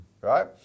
right